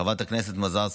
חברת הכנסת מזרסקי,